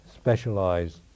specialized